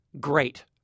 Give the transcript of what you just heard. Great